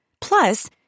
Plus